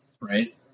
Right